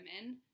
Women